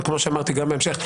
וכמו שאמרתי גם בהמשך,